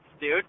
dude